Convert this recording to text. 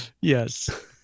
yes